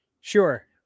Sure